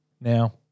Now